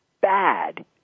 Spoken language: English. bad